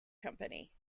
company